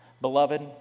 Beloved